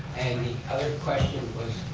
and the other question was,